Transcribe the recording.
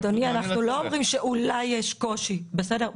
אדוני, אנחנו לא אומרים שאולי יש קושי בסדר?